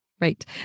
Right